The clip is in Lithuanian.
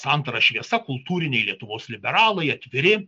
santara šviesa kultūriniai lietuvos liberalai atviri